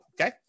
okay